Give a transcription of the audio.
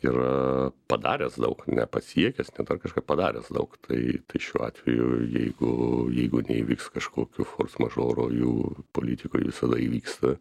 yra padaręs daug ne pasiekęs ne dar kažką padaręs daug tai tai šiuo atveju jeigu jeigu neįvyks kažkokių forsmažorų o jų politikoj visada įvyksta